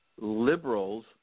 liberals